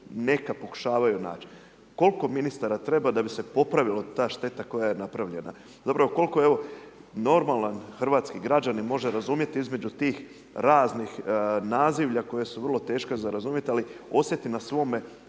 neka pokušavaju naći. Kolko ministara treba da bi se popravila ta šteta koja je napravljena, dobro kolko evo normalan hrvatski građanin može razumjet između tih raznih nazivlja koja su vrlo teška za razumjet ali na osjeti na svoje